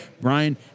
Brian